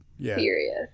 serious